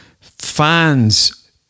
fans